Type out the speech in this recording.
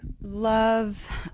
Love